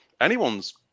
anyone's